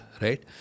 right